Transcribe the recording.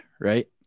Right